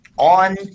On